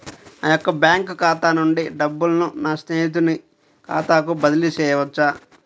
నా యొక్క బ్యాంకు ఖాతా నుండి డబ్బులను నా స్నేహితుని ఖాతాకు బదిలీ చేయవచ్చా?